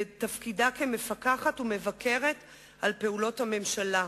בתפקידה כמפקחת ומבקרת על פעולות הממשלה,